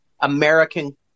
American